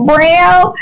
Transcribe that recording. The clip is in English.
Braille